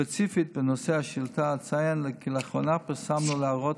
ספציפית בנושא השאילתה אציין כי לאחרונה פרסמנו להערות